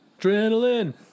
Adrenaline